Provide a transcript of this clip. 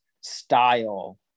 style